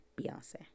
Beyonce